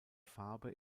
farbe